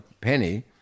penny